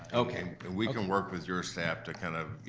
okay. and we can work with your staff to kind of